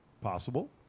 Possible